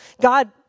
God